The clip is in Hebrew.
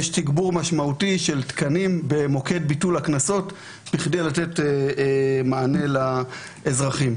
יש תגבור משמעותי של תקנים במוקד ביטול הקנסות בכדי לתת מענה לאזרחים.